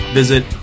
visit